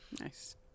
Nice